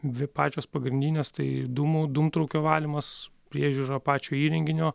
dvi pačios pagrindinės tai dūmų dūmtraukio valymas priežiūra pačio įrenginio